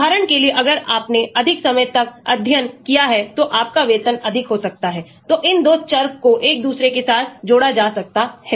उदाहरण के लिए अगर आपने अधिक समय तक अध्ययन किया है तो आपका वेतन अधिक हो सकता हैतो इन 2 चर को एक दूसरे के साथ जोड़ा जा सकता है